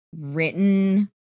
written